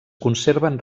conserven